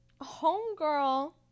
Homegirl